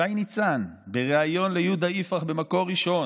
שי ניצן בריאיון ליהודה יפרח במקור ראשון,